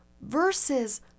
versus